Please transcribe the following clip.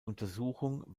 untersuchung